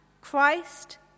Christ